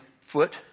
foot